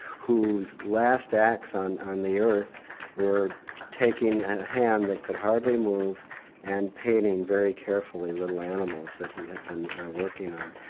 whose last acts on on the earth were taking a hand that could hardly move and painting very carefully little animals that he had been working on.